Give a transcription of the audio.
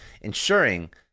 ensuring